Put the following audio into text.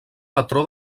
patró